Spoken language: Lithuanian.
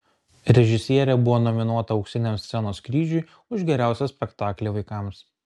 režisierė buvo nominuota auksiniam scenos kryžiui už geriausią spektaklį vaikams